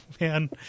Man